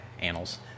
Annals